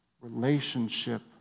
relationship